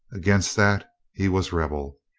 against that he was rebel.